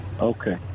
Okay